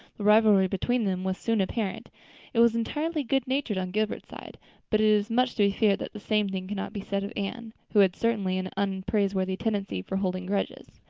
the rivalry between them was soon apparent it was entirely good natured on gilbert's side but it is much to be feared that the same thing cannot be said of anne, who had certainly an unpraiseworthy tenacity for holding grudges.